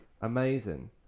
Amazing